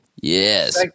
Yes